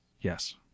Yes